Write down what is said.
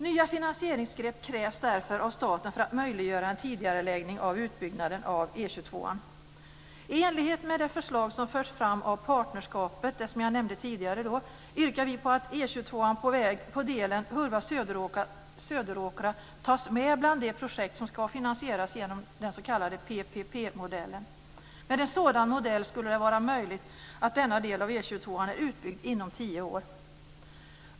Nya finansieringsgrepp krävs därför av staten för att möjliggöra en tidigareläggning av utbyggnaden av I enlighet med det förslag som förts fram av det partnerskap som jag nämnde tidigare yrkar vi på att E 22:an på delen Hurva-Söderåkra tas med bland de projekt som ska finansieras genom den s.k. PPP modellen. Med en sådan modell skulle det vara möjligt att denna del av E 22:an är utbyggd inom tio år.